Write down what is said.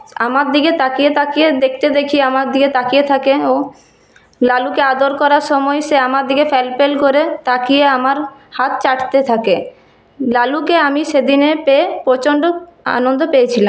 আমার দিকে তাকিয়ে তাকিয়ে দেখতে দেখি আমার দিকে তাকিয়ে থাকে ও লালুকে আদর করার সময় সে আমার দিকে ফ্যাল ফ্যাল করে তাকিয়ে আমার হাত চাটতে থাকে লালুকে আমি সেদিন পেয়ে প্রচন্ড আনন্দ পেয়েছিলাম